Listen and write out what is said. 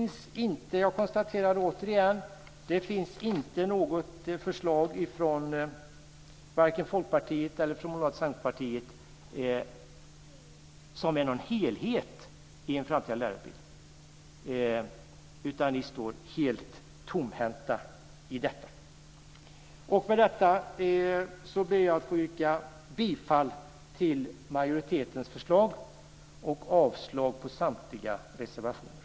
Nej, jag konstaterar återigen att det inte finns något förslag vare sig från Folkpartiet eller från Centerpartiet som är någon helhet i en framtida lärarutbildning, utan ni står helt tomhänta. Med detta ber jag att få yrka bifall till majoritetens förslag och avslag på samtliga reservationer.